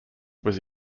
was